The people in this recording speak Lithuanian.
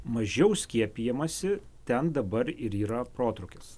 mažiau skiepijamasi ten dabar ir yra protrūkis